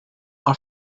are